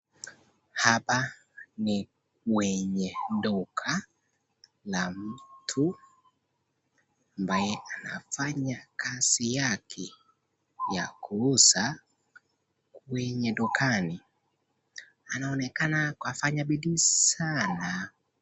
Hapa ni kwenye duka la mtu ambaye anafanya kazi yake ya kuuza kwenye dukani, anaonekana afanya bidii sana.